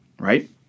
Right